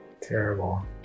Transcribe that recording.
terrible